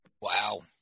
Wow